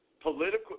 political